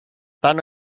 tant